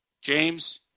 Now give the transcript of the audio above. James